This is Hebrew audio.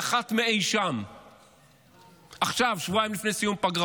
הוא נחת מאי-שם, עכשיו, שבועיים לפני הפגרה.